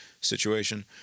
situation